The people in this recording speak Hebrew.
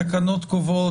התקנות קובעות